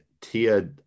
tia